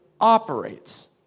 operates